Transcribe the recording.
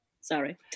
Sorry